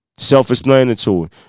Self-explanatory